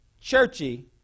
churchy